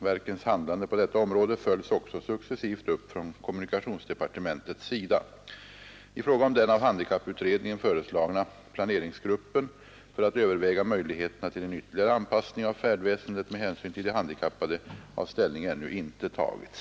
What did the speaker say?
Verkens handlande på detta område följs också successivt upp från kommunikationsdepartementets sida I fråga om den av handikapputredningen föreslagna planeringsgruppen för att överväga möjligheterna till en ytterligare anpassning av färdväsendet med hänsyn till de handikappade har ställning ännu inte tagits.